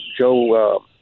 Joe